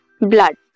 blood